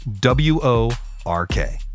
W-O-R-K